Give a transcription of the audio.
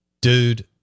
Dude